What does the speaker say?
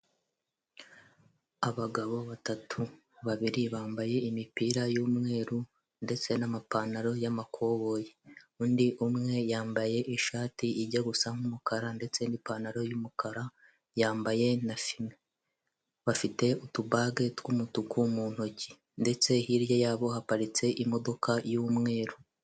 Abagabo batatu, babiri bambaye imipira y'umweru ndetse n'amapantaro y'amakoboyi, undi umwe yambaye ishati ijya gusa n'umukara ndetse n'ipantaro y'umukara yambaye na fime, bafite utubage tw'umutuku mu ntoki, ndetse hirya yabo haparitse imodoka yumweru.